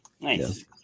Nice